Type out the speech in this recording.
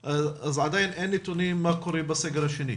ועדיין אין נתונים מה קורה בסגר השני.